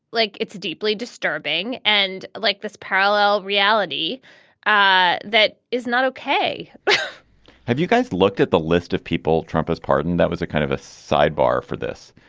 like, it's deeply disturbing and like this parallel reality ah that is not okay have you guys looked at the list of people trump has pardoned? that was a kind of a sidebar for this.